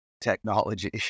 technology